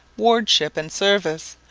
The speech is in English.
wardship, and service,